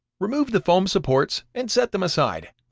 remove the foam supports and set them aside.